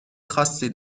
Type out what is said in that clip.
خاصی